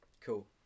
Cool